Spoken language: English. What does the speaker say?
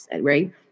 right